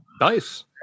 Nice